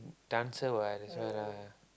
dancer what that's why lah